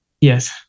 Yes